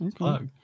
Okay